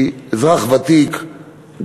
כי אזרח ותיק,